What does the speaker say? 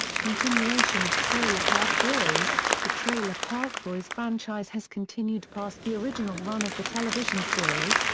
continuation of trailer park boys the trailer park boys franchise has continued past the original run of the television series,